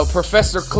Professor